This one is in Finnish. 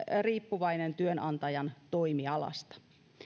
riippuvainen työnantajan toimialasta